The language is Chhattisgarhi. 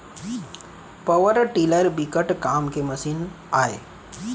पवर टिलर बिकट काम के मसीन आय